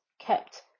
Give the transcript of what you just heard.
kept